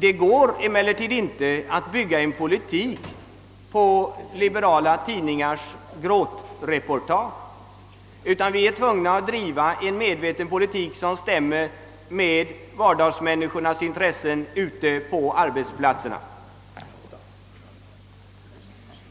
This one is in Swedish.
Det går emellertid inte att bygga en politik på liberala tidningars gråtreportage, utan vi är tvungna att driva en medveten politik, som stämmer med vardagsmänniskornas intressen ute på arbetsplatsen.